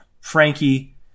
Frankie